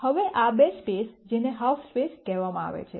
હવે આ બે સ્પેસ જેને હાલ્ફ સ્પેસ કહેવામાં આવે છે